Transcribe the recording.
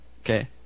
Okay